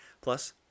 Plus